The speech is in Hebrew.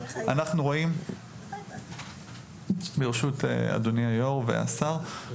אנחנו רואים ברשות אדוני היו"ר והשר,